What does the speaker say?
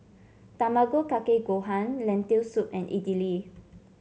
Tamago Kake Gohan Lentil Soup and Idili